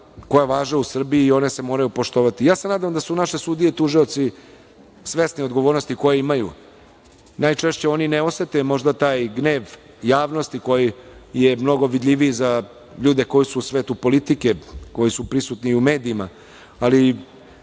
koja važe u Srbiji i ona se moraju poštovati. Ja se nadam da su naše sudije i tužioci svesni odgovornosti koju imaju. Najčešće oni ni ne osete možda taj gnev javnosti koji je mnogo vidljiviji za ljude koji su u svetu politike, koji su prisutni i u medijima, ali